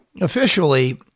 Officially